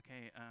Okay